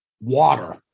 water